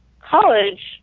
college